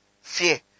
fear